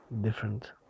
different